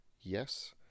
yes